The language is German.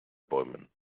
bäumen